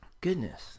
Goodness